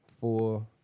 four